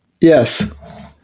Yes